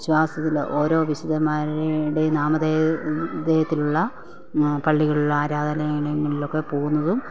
വിശ്വാസത്തില് ഓരോ വിശുദ്ധന്മാരുടെയും നാമദേയ ദേയത്തിലുള്ള പള്ളികളില് ആരാധനാലയങ്ങളിലൊക്കെ പോവുന്നതും